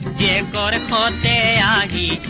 da um da ah da